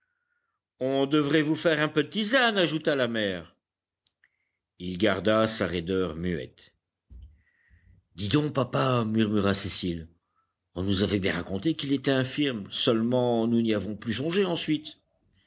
on devrait vous faire un peu de tisane ajouta la mère il garda sa raideur muette dis donc papa murmura cécile on nous avait bien raconté qu'il était infirme seulement nous n'y avons plus songé ensuite